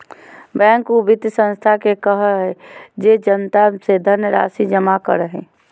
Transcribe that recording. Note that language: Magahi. बैंक उ वित संस्था के कहो हइ जे जनता से धनराशि जमा करो हइ